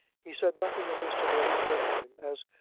he said nothing of this to lady clavering, as,